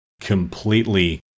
completely